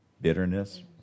Bitterness